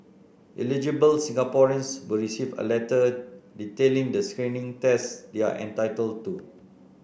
eligible Singaporeans will receive a letter detailing the screening tests they are entitled to